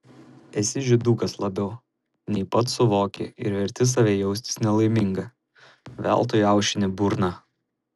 esi žydukas labiau nei pats suvoki ir verti save jaustis nelaimingą veltui aušini burną